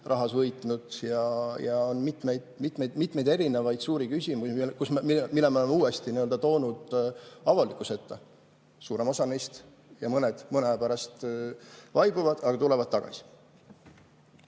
rahas võitnud, ja on mitmeid erinevaid suuri küsimusi, mille me oleme nii-öelda uuesti toonud avalikkuse ette. Suurem osa neist, kuigi mõned mõne aja pärast vaibuvad, tulevad tagasi.